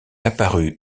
apparue